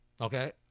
Okay